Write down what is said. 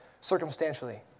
circumstantially